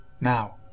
Now